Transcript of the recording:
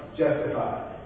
justified